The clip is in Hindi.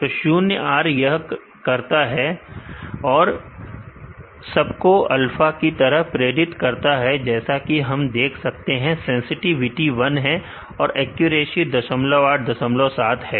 तो शून्य R यह करता है और सबको अल्फा की तरह प्रेरित करता है जैसा कि हम देख सकते हैं सेंसटिविटी 1 है और एक्यूरेसी 08 07 है